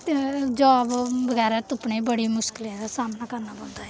ते जाब बगैरा तुप्पने च बड़ी मुश्कलें दा सामना करने पौंदा ऐ